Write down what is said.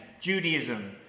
Judaism